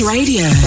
Radio